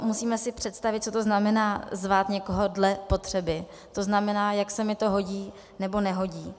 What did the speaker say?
Musíme si představit, co znamená zvát si někoho dle potřeby, to znamená, jak se mi to hodí, nebo nehodí.